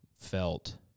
felt